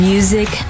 Music